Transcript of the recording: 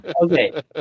Okay